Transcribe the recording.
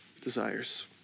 desires